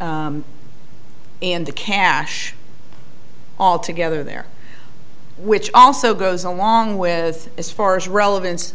and the cash all together there which also goes along with as far as relevance